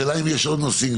השאלה אם יש עוד נושאים,